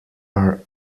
are